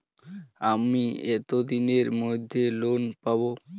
আমি কতদিনের মধ্যে লোন পাব?